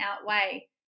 outweigh